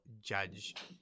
judge